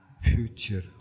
future